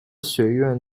学院